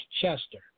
Chester